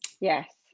Yes